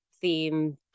theme